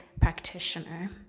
practitioner